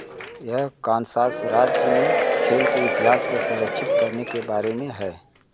यह कान्सास राज्य में खेल के इतिहास को संरक्षित करने के बारे में है